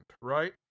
right